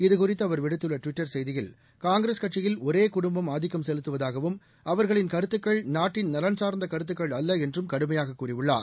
இதுகுறித்து அவர் விடுத்துள்ள ட்விட்டர் செய்தியில் காங்கிரஸ் கட்சியில் ஒரே குடும்பம் ஆதிக்கம் செலுத்துவதாகவும் அவர்களின் கருத்துக்கள் நாட்டின் நலன் சார்ந்த கருத்துக்கள் அல்ல என்றும் கடுமையாக கூறியுள்ளார்